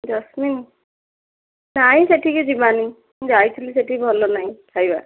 ଯସ୍ମିନ ନାହିଁ ସେଇଠିକି ଯିବାନି ମୁଁ ଯାଇଥିଲି ସେଇଠି ଭଲ ନାହିଁ ଖାଇବା